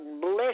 bless